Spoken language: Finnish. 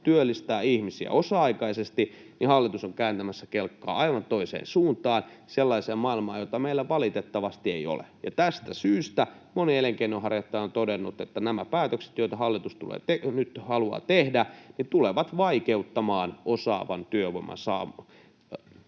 työllistää ihmisiä osa-aikaisesti, niin hallitus on kääntämässä kelkkaa aivan toiseen suuntaan, sellaiseen maailmaan, jota meillä valitettavasti ei ole. Tästä syystä moni elinkeinonharjoittaja on todennut, että nämä päätökset, joita hallitus nyt haluaa tehdä, tulevat vaikeuttamaan osaavan työvoiman saamista